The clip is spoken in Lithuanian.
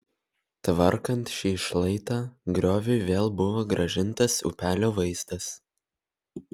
tvarkant šį šlaitą grioviui vėl buvo grąžintas upelio vaizdas